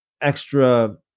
extra